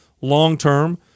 long-term